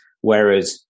Whereas